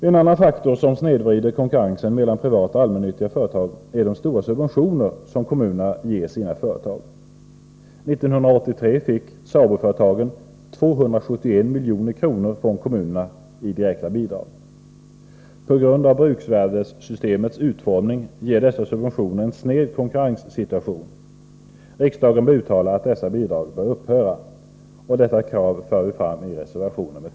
En annan faktor som snedvrider konkurrensen mellan privata och allmännyttiga företag är de stora subventioner som kommunerna ger sina företag. 1982 fick SABO-företagen 271 milj.kr. i direkta bidrag från kommunerna. På grund av bruksvärdessystemets utformning ger dessa subventioner en sned konkurrenssituation. Riksdagen bör uttala att dessa bidrag skall upphöra. Detta krav för vi fram i reservation 13.